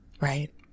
Right